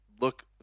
look